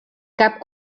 cap